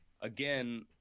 again